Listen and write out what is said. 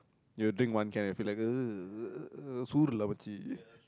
you drink one can and feel like ugh